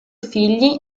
figli